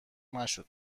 نشد